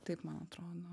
taip man atrodo